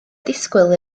disgwyl